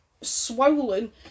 swollen